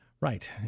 Right